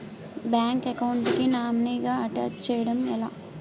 Bank account కి nominee గా attach చేయడం ఎలా?